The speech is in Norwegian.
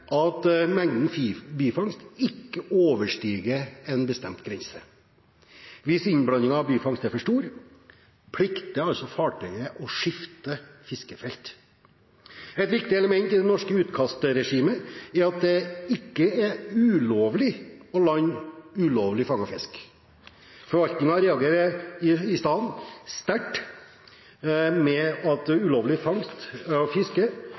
lenge mengden bifangst ikke overstiger en bestemt grense. Hvis innblandingen av bifangst er for stor, plikter fartøyet å skifte fiskefelt. Et viktig element i det norske utkastregimet er at det ikke er ulovlig å lande ulovlig fanget fisk. Forvaltningen reagerer i stedet sterkt mot ulovlig fanget fisk med